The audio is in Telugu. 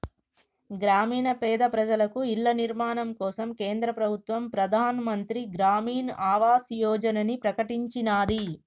గ్రామీణ పేద ప్రజలకు ఇళ్ల నిర్మాణం కోసం కేంద్ర ప్రభుత్వం ప్రధాన్ మంత్రి గ్రామీన్ ఆవాస్ యోజనని ప్రకటించినాది